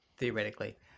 Theoretically